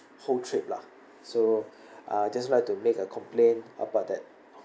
whole trip lah so I just would like to make a complain about that